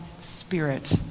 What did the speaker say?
spirit